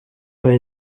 pas